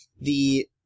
the-